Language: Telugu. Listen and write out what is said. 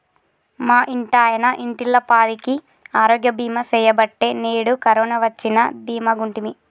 మా ఇంటాయన ఇంటిల్లపాదికి ఆరోగ్య బీమా సెయ్యబట్టే నేడు కరోన వచ్చినా దీమాగుంటిమి